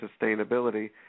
sustainability